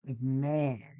Man